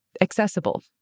accessible